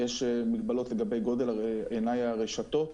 יש מגבלות לגבי גודל עיני הרשתות.